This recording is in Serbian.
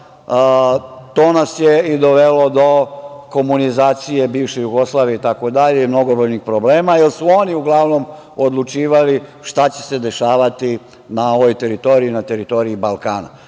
to nas je dovelo do komunizacije bivše Jugoslavije itd. i mnogobrojnih problema, jer su oni uglavnom odlučivali šta će se dešavati na ovoj teritoriji, na teritoriji Balkana.